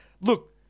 look